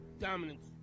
Dominance